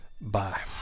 bye